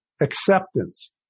acceptance